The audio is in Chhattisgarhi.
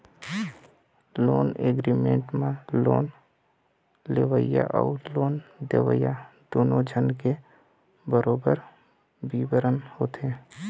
लोन एग्रीमेंट म लोन लेवइया अउ लोन देवइया दूनो झन के बरोबर बिबरन होथे